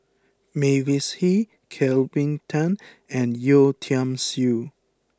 Mavis Hee Kelvin Tan and Yeo Tiam Siew